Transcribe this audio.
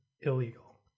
illegal